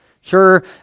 Sure